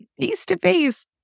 face-to-face